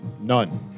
None